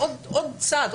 עוד צד,